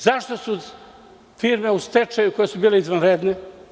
Zašto su u stečaju firme koje su bile izvanredne?